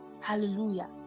Hallelujah